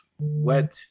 Wet